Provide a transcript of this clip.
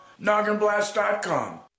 Nogginblast.com